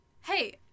Hey